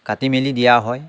কাটি মেলি দিয়া হয়